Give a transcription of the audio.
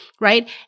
right